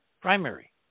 primary